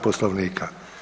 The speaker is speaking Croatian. Poslovnika.